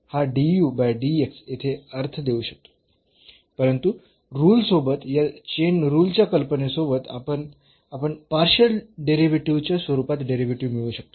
तर हा येथे अर्थ देऊ शकतो परंतु रुल सोबत या चेन रुल च्या कल्पनेसोबत आपण आपण पार्शियल डेरिव्हेटिव्हच्या स्वरूपात डेरिव्हेटिव्ह मिळवू शकतो